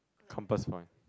Compass-Point